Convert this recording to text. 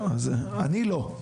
אני לא.